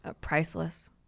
Priceless